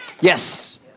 Yes